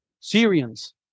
Syrians